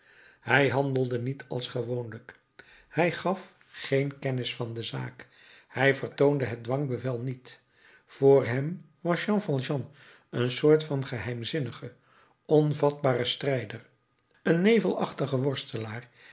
hij handelde niet als gewoonlijk hij gaf geen kennis van de zaak hij vertoonde het dwangbevel niet voor hem was jean valjean een soort van geheimzinnigen onvatbaren strijder een nevelachtige worstelaar